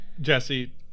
Jesse